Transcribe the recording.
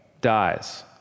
dies